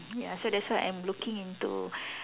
ya so that's why I'm looking into